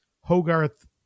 Hogarth